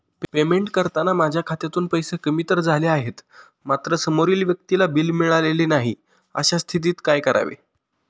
Payment करताना माझ्या खात्यातून पैसे कमी तर झाले आहेत मात्र समोरील व्यक्तीला बिल मिळालेले नाही, अशा स्थितीत काय करावे?